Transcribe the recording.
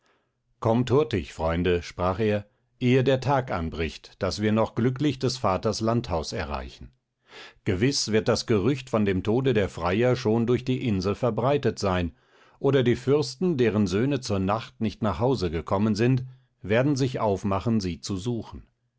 kommt hurtig freunde sprach er ehe der tag anbricht daß wir noch glücklich des vaters landhaus erreichen gewiß wird das gerücht von dem tode der freier schon durch die insel verbreitet sein oder die fürsten deren söhne zur nacht nicht nach hause gekommen sind werden sich aufmachen sie zu suchen